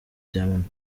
diamond